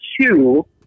two